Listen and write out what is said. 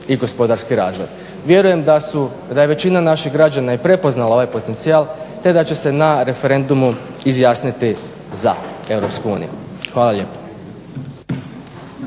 i gospodarski razvoj. Vjerujem da je većina naših građana i prepoznala ovaj potencijal te da će se na referendumu izjasniti za EU. Hvala lijepo.